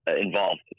involved